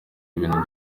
ibintu